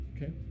Okay